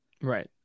Right